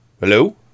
Hello